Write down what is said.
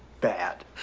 bad